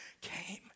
came